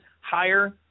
higher